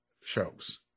shows